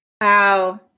Wow